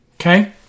Okay